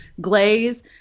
glaze